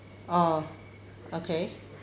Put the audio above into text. oh okay